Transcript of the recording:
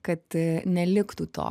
kad neliktų to